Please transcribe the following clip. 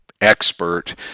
expert